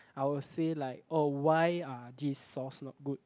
I will say like oh why are this source not good